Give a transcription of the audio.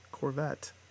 corvette